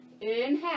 inhale